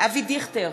אבי דיכטר,